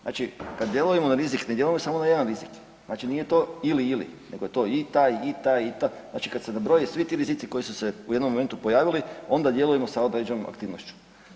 Znači kad ... da rizik, ne djelujemo samo na jedan rizik, znači nije to ili-ili, nego je to i taj, i taj, i taj, znači kad se nabroje svi ti rizici koji su se u jednom momentu pojavili, onda djelujemo sa određenom aktivnošću.